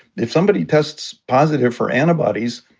if somebody tests positive for antibodies,